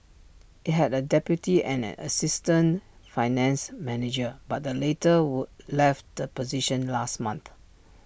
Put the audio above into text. IT had A deputy and an assistant finance manager but the latter would left the position last month